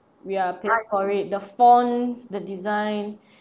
we are for it the phones the design